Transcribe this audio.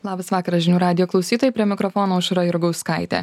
labas vakaras žinių radijo klausytojai prie mikrofono aušra jurgauskaitė